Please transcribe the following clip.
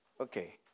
Okay